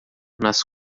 nas